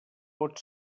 pot